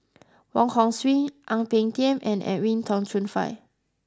Wong Hong Suen Ang Peng Tiam and Edwin Tong Chun Fai